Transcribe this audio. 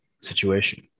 situation